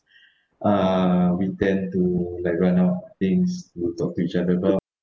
uh we tend to like run out of things to talk to each other but